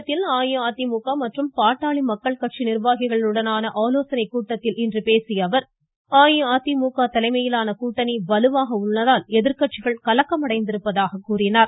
சேலத்தில் அஇஅதிமுக மற்றும் பாட்டாளி மக்கள் கட்சி நிர்வாகிகளுடனான ஆலோசனைக் கூட்டத்தில் இன்று பேசிய அவர் அஇஅதிமுக தலைமையிலான கூட்டணி வலுவாக உள்ளதால் எதிர்க்கட்சிகள் கலக்கமடைந்திருப்பதாக கூறினார்